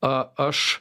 a aš